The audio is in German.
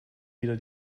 wieder